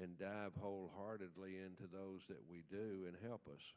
and dive wholeheartedly into those that we do help us